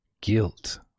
guilt